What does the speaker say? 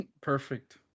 perfect